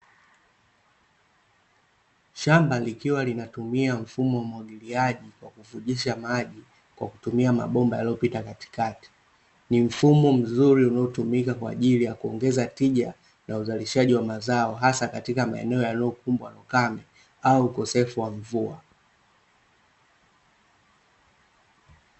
Shamba likiwa linatumia mfumo wa uwagiliaji, kunyesha maji kwa kutumia mabomba yaliyo katikati ni mfumo mzuri, unaotumika katika kuongeza tija katika mazao hasa maeneo ambayo yanaukosefu wa mvua.